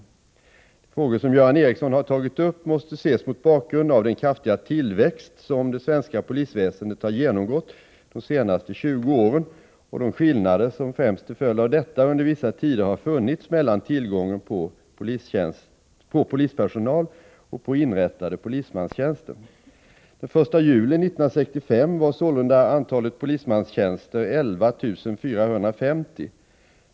De frågor som Göran Ericsson har tagit upp måste ses mot bakgrund av den kraftiga tillväxt som det svenska polisväsendet har genomgått de senaste 20 åren och de skillnader som främst till följd av detta under vissa tider har funnits mellan tillgången på polispersonal och inrättade polismanstjänster. Den 1 juli 1965 var sålunda antalet polismanstjänster 11 450.